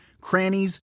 crannies